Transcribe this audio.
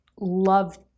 love